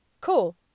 cool